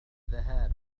الذهاب